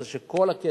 זה שכל הכסף,